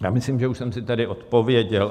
Já myslím, že už jsem si tady odpověděl.